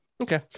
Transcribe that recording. Okay